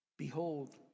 Behold